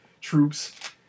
troops